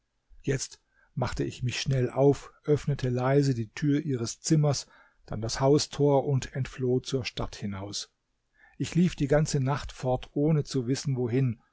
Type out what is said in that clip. jetzt machte ich mich schnell auf öffnete leise die tür ihres zimmers dann das haustor und entfloh zur stadt hinaus ich lief die ganze nacht fort ohne zu wissen wohin